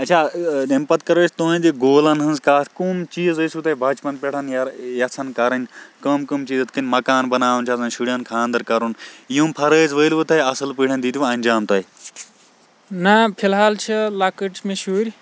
نہ فِلہال چھِ لَۄکٕٹۍ چھِ مےٚ شُرۍ